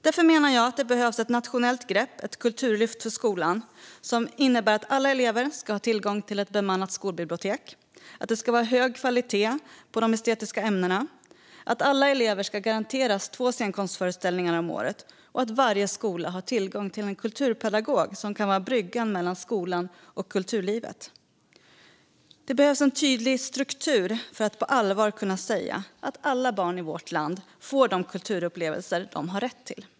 Därför menar jag att det behövs ett nationellt grepp - ett kulturlyft för skolan som innebär att alla elever ska ha tillgång till ett bemannat skolbibliotek, att det ska vara hög kvalitet på de estetiska ämnena, att alla elever ska garanteras två scenkonstföreställningar om året och att varje skola ska ha tillgång till en kulturpedagog som kan vara bryggan mellan skolan och kulturlivet. Det behövs en tydlig struktur för att på allvar kunna säga att alla barn i vårt land får de kulturupplevelser de har rätt till.